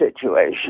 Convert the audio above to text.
situation